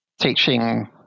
teaching